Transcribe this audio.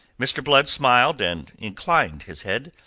mr. blood smiled and inclined his head,